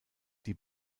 die